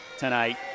Tonight